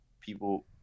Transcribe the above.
people